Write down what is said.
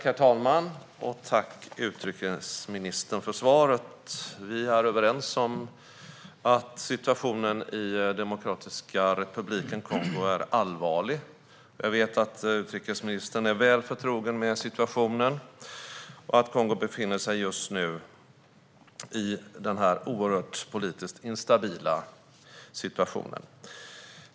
Herr talman! Tack för svaret, utrikesministern! Vi är överens om att situationen i Demokratiska republiken Kongo är allvarlig. Jag vet att utrikesministern är väl förtrogen med situationen. Kongo befinner sig just nu i en oerhört politiskt instabil situation.